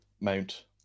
mount